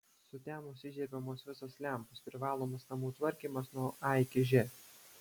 sutemus įžiebiamos visos lempos privalomas namų tvarkymas nuo a iki ž